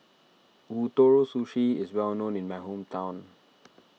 Ootoro Sushi is well known in my hometown